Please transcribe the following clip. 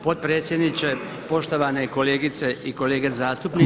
Potpredsjedniče, poštovane kolegice i kolege zastupnici.